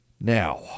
Now